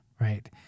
right